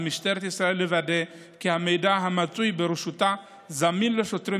על משטרת ישראל לוודא כי המידע המצוי ברשותה זמין לשוטרים